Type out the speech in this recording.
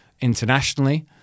internationally